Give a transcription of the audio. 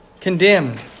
condemned